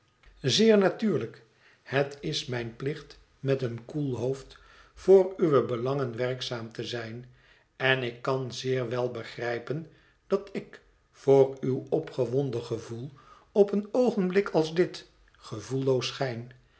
zeer natuurlijk het is mijn plicht met een koel hoofd voor uwe belangen werkzaam te zijn en ik kan zeer wel begrijpen dat ik voor uw opgewonden gevoel op een oogenblik als dit gevoelloos